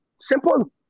Simple